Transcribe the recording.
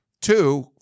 Two